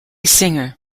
singer